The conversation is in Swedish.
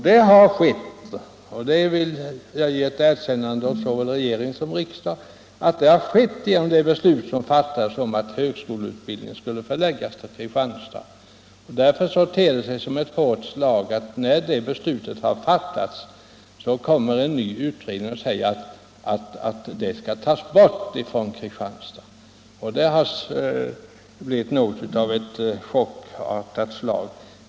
Det har skeu - jag vill ge det erkännandet åt såväl regering som riksdag - genom det beslut som fattats om att högskoleutbildningen skall förläggas till Kristianstad. Därför ter det sig som ett hårt och chockerande slag, när det beslutet har fattats, att en ny utredning säger att denna utbildning skall tas bort från Kristianstad.